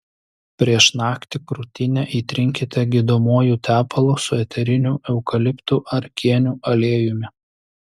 prieš naktį krūtinę įtrinkite gydomuoju tepalu su eteriniu eukaliptų ar kėnių aliejumi